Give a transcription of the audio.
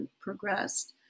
progressed